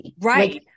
right